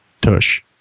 tush